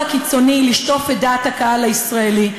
הקיצוני לשטוף את דעת הקהל הישראלית.